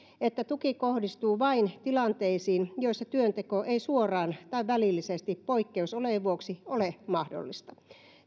että tuki kohdistuu vain tilanteisiin joissa työnteko ei suoraan tai välillisesti poikkeusolojen vuoksi ole mahdollista